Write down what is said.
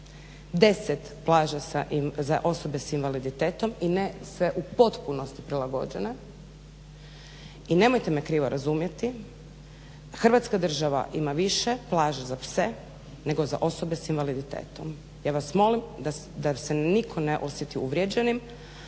10 plaća za osobe s invaliditetom i ne sve u potpunosti prilagođene. I nemojte me krivo razumjeti, Hrvatska država ima više plaža za pse nego za osobe s invaliditetom. Ja vas molim da se nitko ne osjeti uvrijeđenim